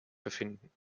befinden